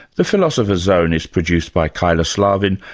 the philosopher's zone is produced by kyla slaven,